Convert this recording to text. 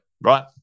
right